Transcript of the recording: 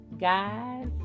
guys